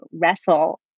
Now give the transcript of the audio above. wrestle